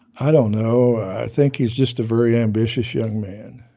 i don't know. i think he's just a very ambitious young man